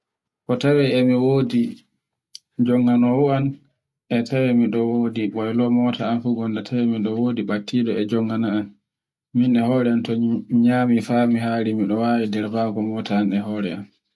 ko tawe e mi wodi njongawooan e tawe mi wodi waylo mota gonda mi tawo e mi wodi battiɗo e jonganayam. Min e hore am to mi nyami fa mi haari mi wawi dirbago mota e hore am.